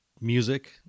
music